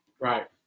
Right